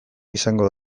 izango